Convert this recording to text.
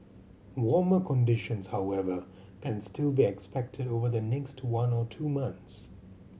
warmer conditions however can still be expected over the next one or two months